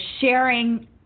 sharing